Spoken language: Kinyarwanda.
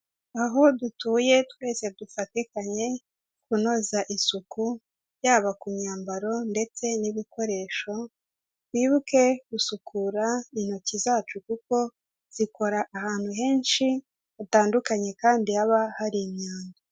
Aho dutuye twese dufatikanye kunoza isuku, yaba ku myambaro, ndetse n'ibikoresho, twibuke gusukura intoki zacu kuko zikora ahantu henshi, hatandukanye kandi haba hari imyanda.